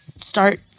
start